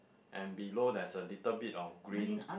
and below there's a little bit of green